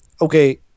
okay